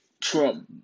Trump